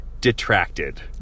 detracted